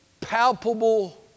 palpable